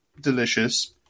delicious